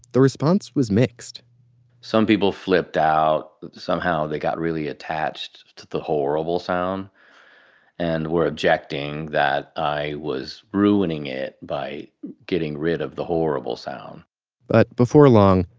the response was mixed some people flipped out. somehow they got really attached to the horrible sound and were objecting that i was ruining it by getting rid of the horrible sound but, before long,